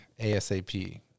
ASAP